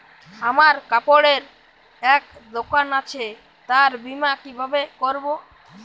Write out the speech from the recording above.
আমার কাপড়ের এক দোকান আছে তার বীমা কিভাবে করবো?